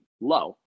low